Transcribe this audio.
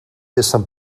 essent